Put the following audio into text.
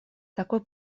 такой